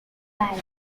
movie